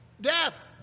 death